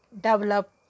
develop